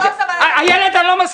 גפני, אבל המטוס --- איילת, אני לא מסכים.